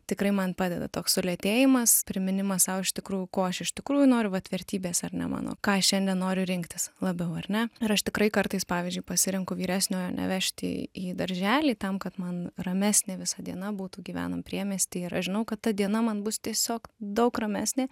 tikrai man padeda toks sulėtėjimas priminimas sau iš tikrųjų ko aš iš tikrųjų noriu vat vertybės ar ne mano ką šiandien noriu rinktis labiau ar ne ir aš tikrai kartais pavyzdžiui pasirenku vyresniojo nevežti į darželį tam kad man ramesnė visa diena būtų gyvenam priemiesty ir aš žinau kad ta diena man bus tiesiog daug ramesnė